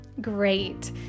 Great